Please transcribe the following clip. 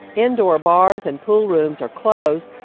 indoor bars and pool rooms are closed.